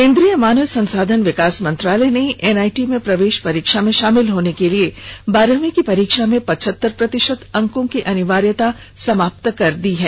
केंद्रीय मानव संसाधन विकास मंत्रालय ने एनआईटी की प्रवेश परीक्षा में शामिल होने के लिए बारहवीं की परीक्षा में पचहतर प्रतिशत अंकों की अनिवार्यता को समाप्त कर दिया है